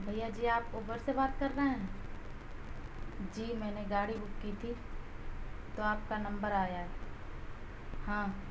بھیا جی آپ اوبر سے بات کر رہے ہیں جی میں نے گاڑی بک کی تھی تو آپ کا نمبر آیا ہے ہاں